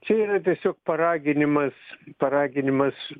čia yra tiesiog paraginimas paraginimas